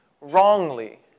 wrongly